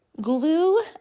glue